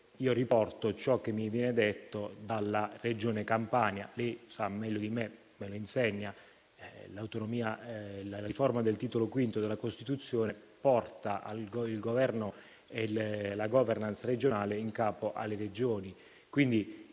che riporto ciò che mi viene detto dalla Regione Campania. Lei sa meglio di me e mi insegna che la riforma del Titolo V della Costituzione porta il governo e la *governance* regionale in capo alle Regioni.